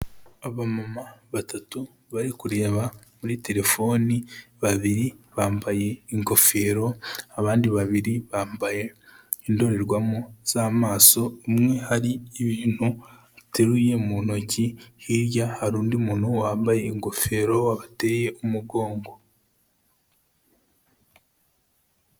Abamama batatu, bari kureba muri terefone, babiri bambaye ingofero, abandi babiri bambaye indorerwamo z'amaso, umwe hari ibintu ateruye mu ntoki, hirya hari undi muntu wambaye ingofero, wabateye umugongo.